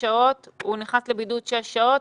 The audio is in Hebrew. הוא נכנס לבידוד לשש שעות.